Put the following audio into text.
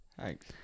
Thanks